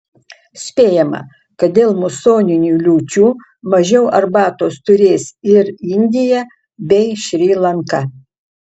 spėjama kad dėl musoninių liūčių mažiau arbatos turės ir indija bei šri lanka